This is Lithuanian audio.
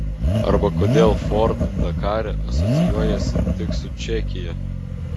arba kodėl ford dakare asocijuojasi tik su čekija